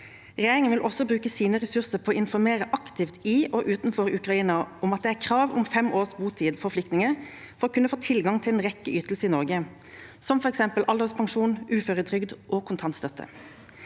Regjeringen vil også bruke sine ressurser på å informere aktivt i og utenfor Ukraina om at det er krav om fem års botid for flyktninger for å kunne få tilgang til en rekke ytelser i Norge som f.eks. alderspensjon, uføretrygd og kontantstøtte.